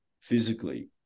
physically